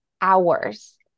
hours